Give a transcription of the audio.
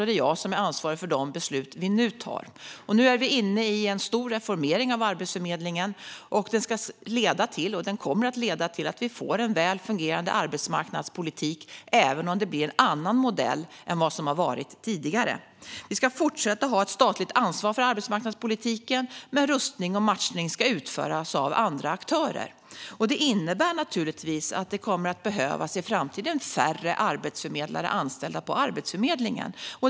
Det är jag som är ansvarig för de beslut som vi tar nu. Vi är nu inne i en stor reformering av Arbetsförmedlingen. Den kommer att leda till att vi får en väl fungerande arbetsmarknadspolitik, även om det blir en annan modell än vad som har varit tidigare. Vi ska fortsätta att ha ett statligt ansvar för arbetsmarknadspolitiken, men rustning och matchning ska utföras av andra aktörer. Det innebär naturligtvis att det i framtiden kommer att behövas färre arbetsförmedlare som är anställda på Arbetsförmedlingen.